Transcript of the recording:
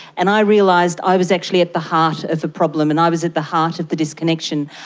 and i realised i was actually at the heart of the problem and i was at the heart of the disconnection.